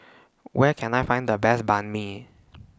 Where Can I Find The Best Banh MI